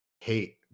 hate